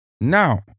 Now